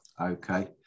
Okay